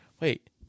Wait